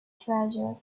treasure